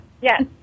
Yes